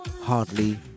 Hardly